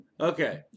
Okay